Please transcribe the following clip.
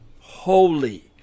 holy